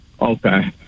Okay